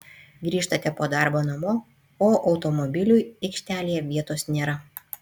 grįžtate po darbo namo o automobiliui aikštelėje vietos nėra